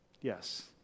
Yes